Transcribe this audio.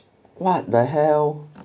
what the hell